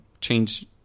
change